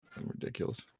Ridiculous